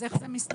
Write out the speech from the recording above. אז איך זה מסתדר?